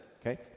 Okay